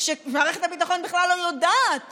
ומערכת הביטחון בכלל לא יודעת